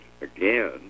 again